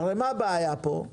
הרי מה הבעיה פה?